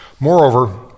Moreover